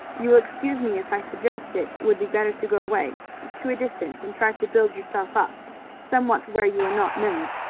you will excuse me if i suggest it would be better to go away to a distance and try to build yourself up somewhat where you are not known.